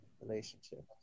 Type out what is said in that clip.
relationship